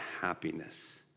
happiness